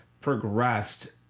progressed